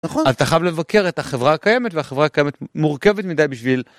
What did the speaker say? נכון, אתה חייב לבקר את החברה הקיימת והחברה הקיימת מורכבת מדי בשביל